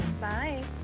bye